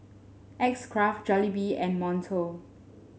X Craft Jollibee and Monto